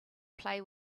play